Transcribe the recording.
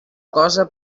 cosa